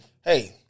Hey